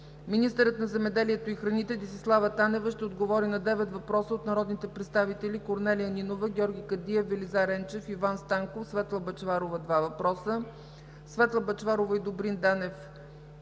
Министърът на земеделието и храните Десислава Танева ще отговори на девет въпроса от народните представители Корнелия Нинова; Георги Кадиев; Велизар Енчев; Иван Станков; Светла Бъчварова – два въпроса; Светла Бъчварова и Добрин Данев – общо